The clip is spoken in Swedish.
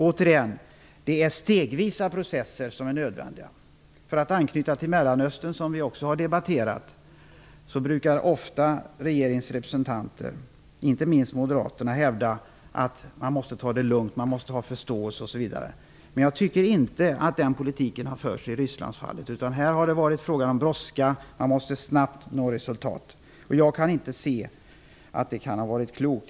Det är nödvändigt med stegvisa processer. Vi kan anknyta till frågan om Mellanöstern, som också har debatterats. Regeringens representanter, inte minst Moderaterna, brukar ofta hävda att man måste ta det lugnt, att man måste har förståelse osv. Men jag tycker inte att den politiken har förts när det gäller Ryssland. Då har det i stället varit bråttom och man måste snabbt nå resultat. Jag anser inte att det skulle vara klokt.